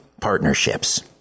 partnerships